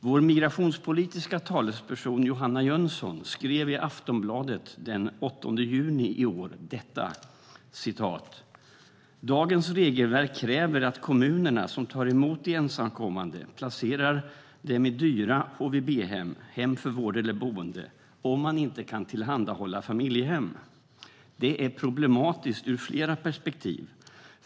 Vår migrationspolitiska talesperson Johanna Jönsson skrev i Aftonbladet den 8 juni i år detta: "Dagens regelverk kräver nämligen att kommunerna som tar emot de ensamkommande placerar dem i dyra HVB-hem, hem för vård eller boende, om man inte kan tillhandahålla familjehem. Det är problematiskt ur flera perspektiv.